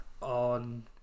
on